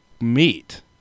meet